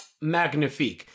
magnifique